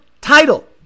title